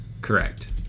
Correct